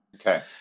Okay